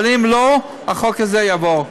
אבל אם לא, החוק הזה יעבור.